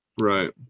Right